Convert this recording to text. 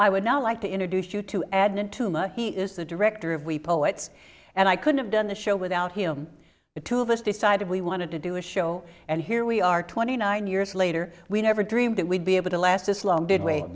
i would not like to introduce you to adnan too much he is the director of we poets and i couldn't have done the show without him the two of us decided we wanted to do a show and here we are twenty nine years later we never dreamed that we'd be able to last this long did w